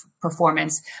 performance